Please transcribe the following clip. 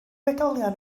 oedolion